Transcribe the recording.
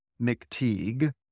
McTeague